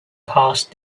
past